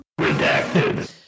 Redacted